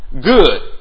good